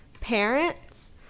parents